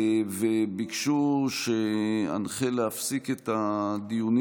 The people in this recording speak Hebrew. וביקשו שאנחה להפסיק את הדיונים